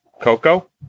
Coco